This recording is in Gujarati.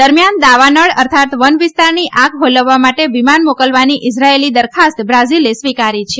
દરમ્યાન દાવાનળ અર્થાત વનવિસ્તારની આગ ઓલવવા માટે વિમાન મોકલવાની ઇઝરાયેલી દરસ્તાસ્ત બ્રાઝીલે સ્વીકારી છે